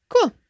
Cool